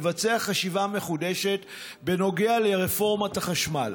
לבצע חשיבה מחודשת בנוגע לרפורמת החשמל.